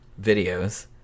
videos